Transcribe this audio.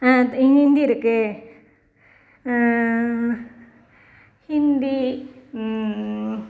ஹிந்தி இருக்குது ஹிந்தி